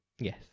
Yes